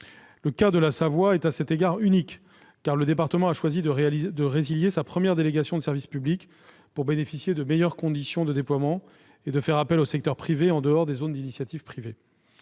Le cas de la Savoie est à cet égard unique, car le département a choisi de résilier sa première délégation de service public pour bénéficier de meilleures conditions de déploiement et de faire appel au secteur privé en dehors des zones d'initiative privée.